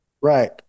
Right